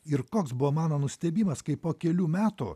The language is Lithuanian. ir koks buvo mano nustebimas kai po kelių metų